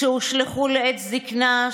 שהושלכו לעת זקנה,